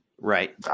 Right